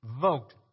vote